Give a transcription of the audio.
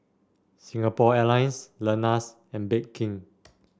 Singapore Airlines Lenas and Bake King